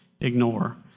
ignore